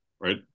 Right